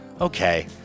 Okay